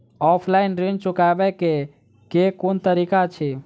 Offline ऋण चुकाबै केँ केँ कुन तरीका अछि?